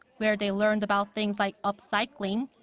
where they learned about things like upcycling,